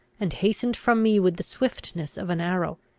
and hastened from me with the swiftness of an arrow.